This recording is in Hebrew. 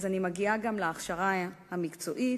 אז אני מגיעה גם להכשרה המקצועית: